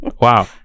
wow